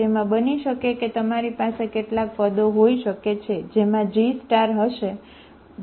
તેમા બની શકે કે તમારી પાસે કેટલાક પદો હોઈ શકે છે જેમાં G હશે બરાબર